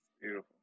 Beautiful